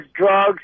drugs